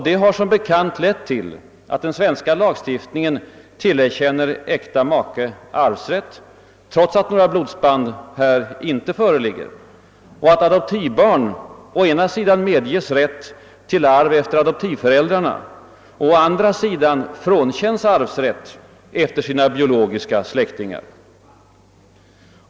Detta har som bekant lett till att svensk lagstiftning tillerkänner äkta makar arvsrätt, trots att några blodsband här icke föreligger, och att adoptivbarn å ena sidan medges rätt till arv efter adoptivför äldrarna men å andra sidan frånkänns arvsrätten efter sina biologiska släktingar.